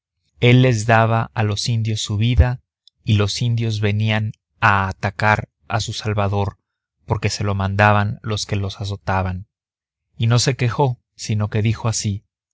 el les daba a los indios su vida y los indios venían a atacar a su salvador porque se lo mandaban los que los azotaban y no se quejó sino que dijo así